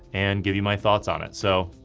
and give you my thoughts on it. so,